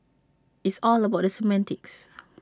it's all about the semantics